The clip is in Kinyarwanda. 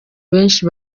benshi